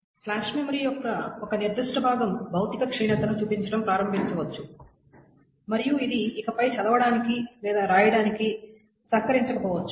flash memory యొక్క ఒక నిర్దిష్ట భాగం భౌతిక క్షీణతను చూపించడం ప్రారంభించవచ్చు మరియు ఇది ఇకపై చదవడానికి లేదా రాయటానికి సహకరించకపోవచ్చు